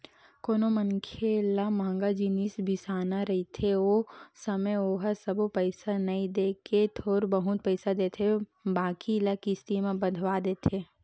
कोनो मनखे ल मंहगा जिनिस बिसाना रहिथे ओ समे ओहा सबो पइसा नइ देय के थोर बहुत पइसा देथे बाकी ल किस्ती म बंधवा देथे